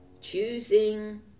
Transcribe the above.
choosing